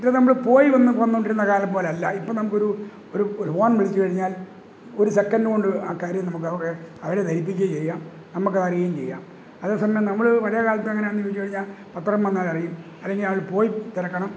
ഇത് നമ്മൾ പോയി വന്ന് വന്നുകൊണ്ടിരുന്ന കാലം പോലെ അല്ല ഇപ്പം നമുക്കൊരു ഒരു ഒരു ഫോൺ വിളിച്ച് കഴിഞ്ഞാൽ ഒരു സെക്കൻറ് കൊണ്ട് ആൾക്കാർ നമുക്ക് അവരെ അവരെ ധരിപ്പിക്കുകയും ചെയ്യാം നമുക്ക് അറിയുവേം ചെയ്യാം അതേ സമയം നമ്മൾ പഴയ കാലത്ത് എങ്ങനെയാണെന്ന് ചോദിച്ച് കഴിഞ്ഞാൽ പത്രം വന്നാൽ അറിയും അല്ലെങ്കിൽ അവർ പോയി തിരക്കണം